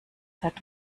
seit